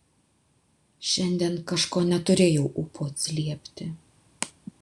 šiandien kažko neturėjau ūpo atsiliepti